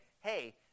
hey